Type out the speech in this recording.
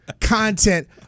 content